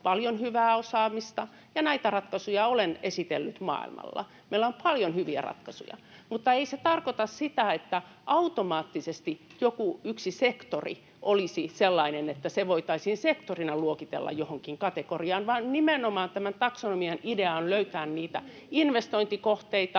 paljon hyvää osaamista, ja näitä ratkaisuja olen esitellyt maailmalla. Meillä on paljon hyviä ratkaisuja, mutta ei se tarkoita sitä, että automaattisesti joku yksi sektori olisi sellainen, että se voitaisiin sektorina luokitella johonkin kategoriaan, vaan tämän taksonomian idea on nimenomaan löytää niitä investointikohteita,